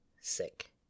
sick